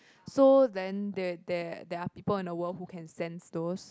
so then there there there are people in the world who can sense those